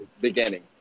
beginning